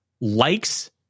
likes